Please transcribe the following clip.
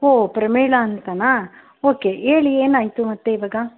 ಓ ಪ್ರಮೀಳಾ ಅಂತಲಾ ಓಕೆ ಹೇಳಿ ಏನಾಯಿತು ಮತ್ತೆ ಇವಾಗ